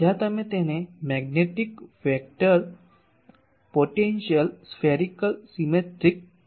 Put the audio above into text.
જ્યાં તમે તેને magnetic vector potential spherical symmetric છે